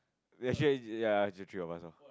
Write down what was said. ya actually ya is the three of us loh